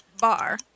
Bar